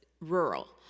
rural